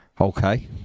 okay